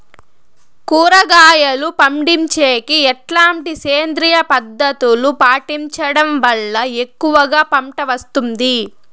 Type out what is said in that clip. కూరగాయలు పండించేకి ఎట్లాంటి సేంద్రియ పద్ధతులు పాటించడం వల్ల ఎక్కువగా పంట వస్తుంది?